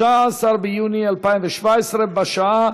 13 ביוני 2017, בשעה